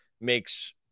makes